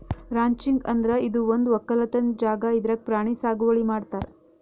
ranching ಅಂದ್ರ ಇದು ಒಂದ್ ವಕ್ಕಲತನ್ ಜಾಗಾ ಇದ್ರಾಗ್ ಪ್ರಾಣಿ ಸಾಗುವಳಿ ಮಾಡ್ತಾರ್